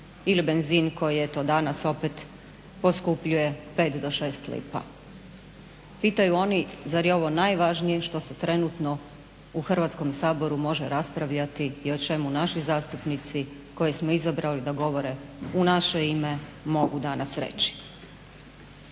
ili benzin, koji eto danas opet poskupljuje 5 do 6 lipa. Pitaju oni zar je ovo najvažnije što se trenutno u Hrvatskom saboru može raspravljati i o čemu naši zastupnici, koje smo izabrali da govore u naše ime mogu danas reći.